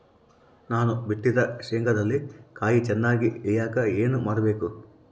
ನಾನು ಬಿತ್ತಿದ ಶೇಂಗಾದಲ್ಲಿ ಕಾಯಿ ಚನ್ನಾಗಿ ಇಳಿಯಕ ಏನು ಮಾಡಬೇಕು?